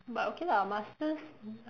but okay lah masters